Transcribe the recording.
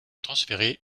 transférer